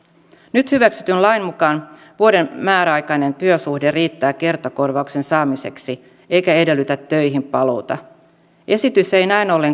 nyt hyväksytyn lain mukaan vuoden määräaikainen työsuhde riittää kertakorvauksen saamiseksi eikä edellytä töihinpaluuta esitys ei näin ollen